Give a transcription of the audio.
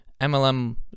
MLM